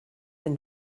been